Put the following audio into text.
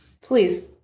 Please